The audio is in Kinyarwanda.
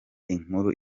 inkuru